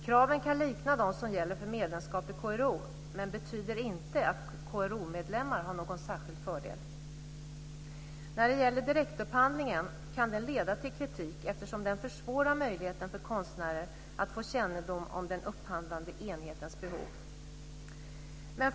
Kraven kan likna de som gäller för medlemskap i KRO, men betyder inte att KRO-medlemmar har någon särskild fördel. När det gäller direktupphandlingen kan den leda till kritik eftersom den försvårar möjligheten för konstnärer att få kännedom om den upphandlande enhetens behov.